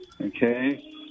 Okay